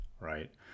right